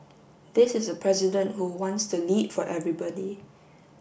this is a president who wants to lead for everybody